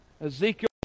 Ezekiel